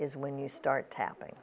is when you start tapping